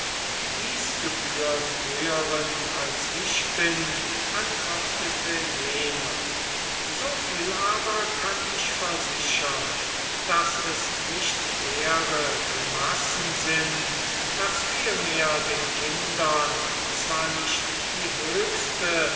dies gebührt höheren als ich bin antwortete jener so viel aber kann ich versichern daß es nicht leere grimassen sind daß vielmehr den kindern zwar nicht die höchste